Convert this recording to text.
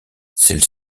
celles